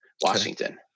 Washington